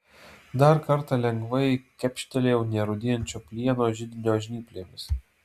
dar kartą lengvai kepštelėjau nerūdijančio plieno židinio žnyplėmis